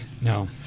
No